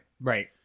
Right